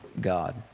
God